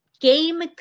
game